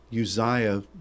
Uzziah